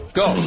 go